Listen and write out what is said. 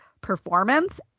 performance